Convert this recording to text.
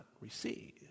receive